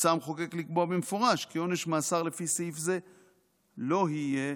רצה המחוקק לקבוע במפורש כי עונש מאסר לפי סעיף זה לא יהיה,